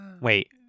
Wait